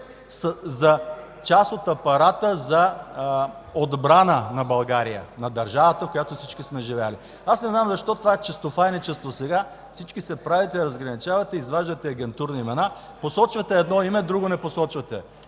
част от апарата за отбрана на България, на държавата, в която всички сме живеели. Аз не знам защо е това чистофайничество сега? Всички се разграничавате, изваждате агентурни имена – посочвате едно име, а друго – не посочвате.